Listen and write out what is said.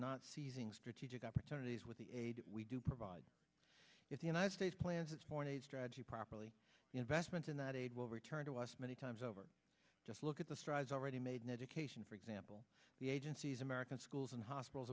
not seizing strategic opportunities with the aid we do provide if the united states plans has pointed strategy properly investment and that aid will return to us many times over just look at the strides already made in education for example the agencies american schools and hospitals